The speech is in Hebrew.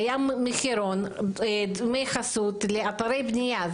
קיים מחירון דמי חסות לאתרי בנייה.